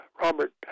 Robert